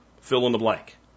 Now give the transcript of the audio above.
fill-in-the-blank